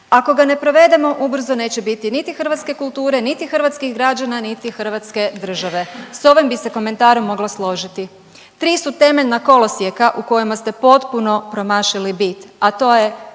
ako ga ne provedemo ubrzo neće biti niti hrvatske kulture, niti hrvatskih građana, niti hrvatske države. S ovim bi se komentarom mogla složiti. Tri su temeljna kolosijeka u kojima ste potpuno promašili bit, a to je